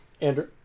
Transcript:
Andrew